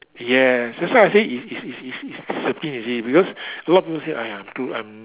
yes that's why I say is is is is is discipline you see because a lot people say !aiya! to I'm